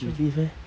really meh